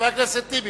חבר הכנסת טיבי.